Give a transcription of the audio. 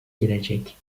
girecek